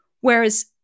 whereas